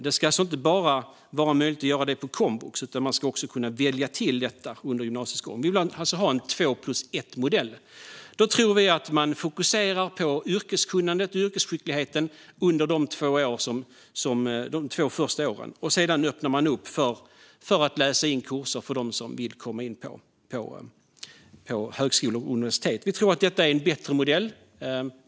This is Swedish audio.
Det ska alltså inte bara vara möjligt att göra detta på komvux, utan man ska också kunna välja till detta under gymnasiets gång. Vi vill alltså ha en två-plus-ett-modell. Då tror vi att det blir fokus på yrkeskunnandet och yrkesskickligheten under de två första åren, och sedan öppnar man upp för att läsa in kurser för dem som vill komma in på högskolor och universitet. Vi tror att det är en bättre modell.